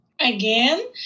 again